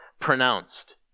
pronounced